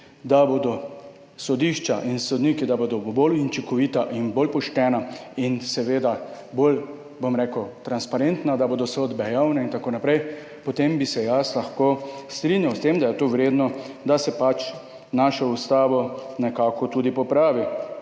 da bodo sodišča in sodniki bolj učinkoviti, bolj pošteni in seveda bolj transparentni, da bodo sodbe javne in tako naprej, potem bi se jaz lahko strinjal s tem, da je to vredno, da se pač našo ustavo nekako tudi popravi.